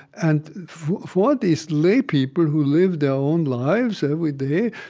and for these lay people who live their own lives every day,